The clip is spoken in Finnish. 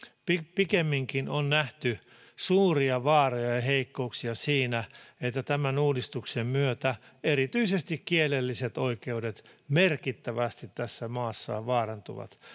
pikemminkin on nähty suuria vaaroja ja heikkouksia siinä että tämän uudistuksen myötä erityisesti kielelliset oikeudet merkittävästi tässä maassa vaarantuvat